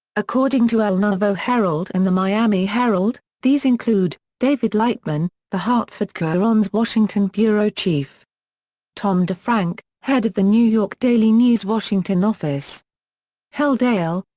according to el nuevo herald and the miami herald, these include david lightman, the hartford courant's washington bureau chief tom defrank, head of the new york daily news' washington office helle dale,